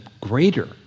greater